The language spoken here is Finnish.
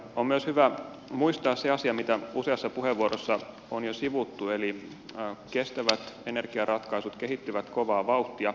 on myös hyvä muistaa se asia mitä useassa puheenvuorossa on jo sivuttu eli kestävät energiaratkaisut kehittyvät kovaa vauhtia